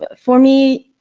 ah for me